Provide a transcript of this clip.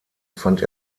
fand